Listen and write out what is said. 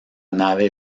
nave